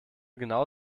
genau